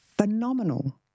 phenomenal